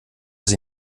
sie